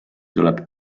tuleb